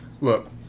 look